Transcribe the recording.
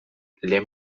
lehen